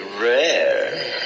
rare